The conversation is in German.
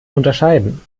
unterscheiden